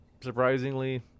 surprisingly